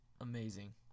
amazing